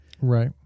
Right